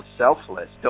selfless